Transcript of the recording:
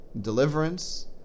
deliverance